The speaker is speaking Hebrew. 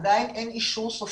עדיין אין אישור סופי,